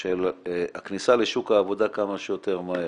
של הכניסה לשוק העבודה כמה שיותר מהר,